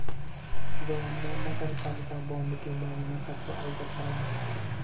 रोहन ने नगरपालिका बॉण्ड के बारे में सबको अवगत कराया